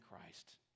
Christ